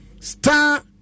star